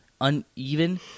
uneven